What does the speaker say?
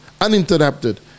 uninterrupted